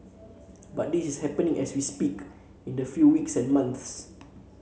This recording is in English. but this is happening as we speak in the few weeks and months